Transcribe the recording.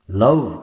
love